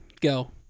Go